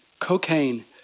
Cocaine